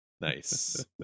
Nice